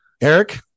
Eric